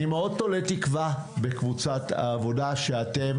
אני מאד תולה תקווה בקבוצת העבודה שאתם